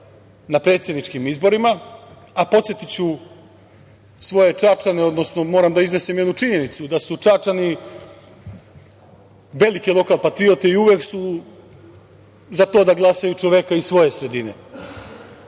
na predsedničkim izborima. Podsetiću svoje Čačane, moram da iznesem jednu činjenicu, da su Čačani velike lokal patriote i uvek su za to da glasaju za čoveka iz svoje sredine,